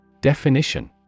Definition